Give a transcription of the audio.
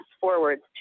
forwards